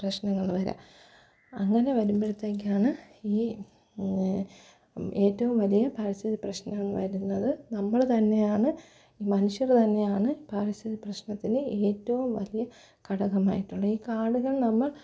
പ്രശ്നങ്ങൾ വരാം അങ്ങനെ വരുമ്പോഴത്തേക്കാണ് ഈ പിന്നെ ഏറ്റവും വലിയ പരിസ്ഥിതി പ്രശ്നം വരുന്നത് നമ്മള് തന്നെയാണ് ഈ മനുഷ്യര് തന്നെയാണ് പരിസ്ഥിതി പ്രശ്നത്തിന് ഏറ്റവും വലിയ ഘടകമായിട്ടുള്ള ഈ കാടുകൾ നമ്മൾ